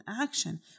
action